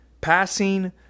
passing